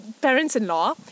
parents-in-law